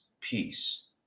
peace